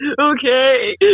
okay